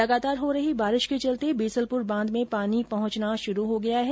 लगातार हो रही बारिश के चलते बीसलपुर बांध में पानी पहंचना शुरू हो गया है